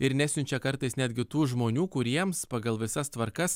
ir nesiunčia kartais netgi tų žmonių kuriems pagal visas tvarkas